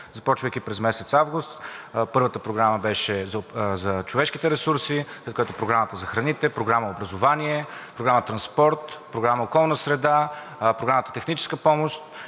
започвайки през месец август. Първата програма беше за човешките ресурси, след което за храните, Програма „Образование“, Програма „Транспорт“, Програма „Околна среда“, Програма „Техническа помощ“